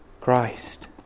Christ